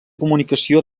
comunicació